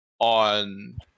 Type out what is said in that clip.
on